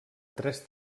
tres